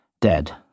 dead